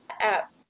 app